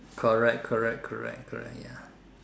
correct correct correct correct ya